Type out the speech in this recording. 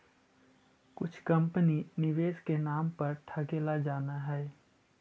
कुछ कंपनी निवेश के नाम पर ठगेला जानऽ हइ